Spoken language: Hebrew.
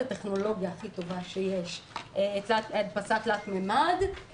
הטכנולוגיה הכי טובה שיש לצד הדפסת תלת ממד,